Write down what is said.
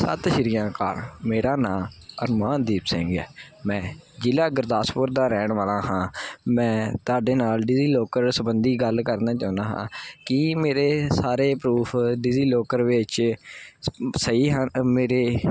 ਸਤਿ ਸ਼੍ਰੀ ਅਕਾਲ ਮੇਰਾ ਨਾਂ ਅਰਮਾਨਦੀਪ ਸਿੰਘ ਹੈ ਮੈਂ ਜ਼ਿਲ੍ਹਾ ਗੁਰਦਾਸਪੁਰ ਦਾ ਰਹਿਣ ਵਾਲਾ ਹਾਂ ਮੈਂ ਤੁਹਾਡੇ ਨਾਲ ਡੀਜ਼ੀ ਲੋਕਰ ਸੰਬੰਧੀ ਗੱਲ ਕਰਨੀ ਚਾਹੁੰਦਾ ਹਾਂ ਕਿ ਮੇਰੇ ਸਾਰੇ ਪਰੂਫ ਡੀਜ਼ੀ ਲੋਕਰ ਵਿੱਚ ਸਹੀ ਹਨ ਮੇਰੇ